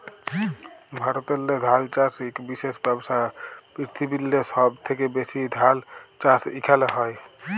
ভারতেল্লে ধাল চাষ ইক বিশেষ ব্যবসা, পিরথিবিরলে সহব থ্যাকে ব্যাশি ধাল চাষ ইখালে হয়